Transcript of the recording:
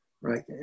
right